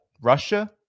Russia